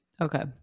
Okay